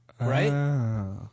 right